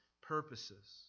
purposes